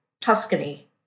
Tuscany